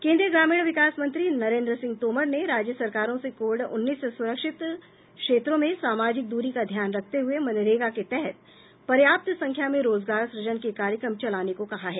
केन्द्रीय ग्रामीण विकास मंत्री नरेन्द्र सिंह तोमर ने राज्य सरकारों से कोविड उन्नीस से सुरक्षित क्षेत्रों में सामाजिक दूरी का ध्यान रखते हुए मनरेगा के तहत पर्याप्त संख्या में रोजगार सुजन के कार्यक्रम चलाने को कहा है